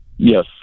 Yes